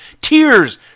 Tears